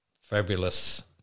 fabulous